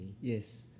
yes